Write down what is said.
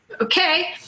okay